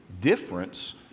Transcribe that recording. difference